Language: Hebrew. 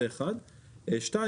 דבר שני,